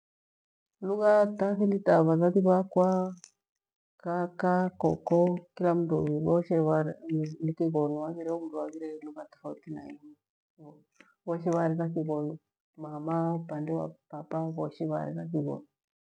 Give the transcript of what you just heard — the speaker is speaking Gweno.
Lugha ta athili ta vathathi vakwa, kaka, koko, kila mru voshe varera Kighonu haghireho mru arera lugha tofauti na hiyo voshe varera Kighonu mama upande wa papa voshe varera Kighonu.